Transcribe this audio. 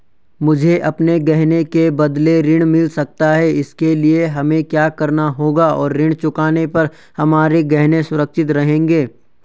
मुझे अपने गहने के बदलें ऋण मिल सकता है इसके लिए हमें क्या करना होगा और ऋण चुकाने पर हमारे गहने सुरक्षित रहेंगे?